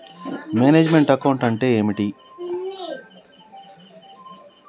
Manage meant account అంటే ఏమిటి?